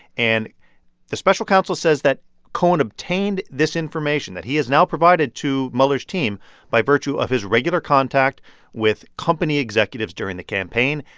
and the special counsel says that cohen obtained this information that he has now provided to mueller's team by virtue of his regular contact with company executives during the campaign.